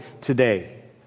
today